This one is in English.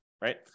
right